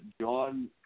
John